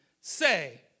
say